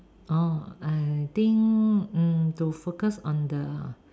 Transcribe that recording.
oh I think mm to focus on the